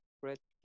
bread